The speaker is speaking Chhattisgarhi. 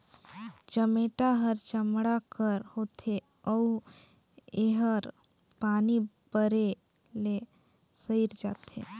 चमेटा हर चमड़ा कर होथे अउ एहर पानी परे ले सइर जाथे